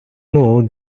know